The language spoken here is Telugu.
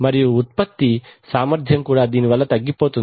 మరియు ఉత్పత్తి సామర్థ్యం కూడా దీనివల్ల తగ్గిపోతుంది